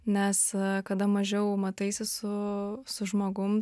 nes kada mažiau mataisi su su žmogum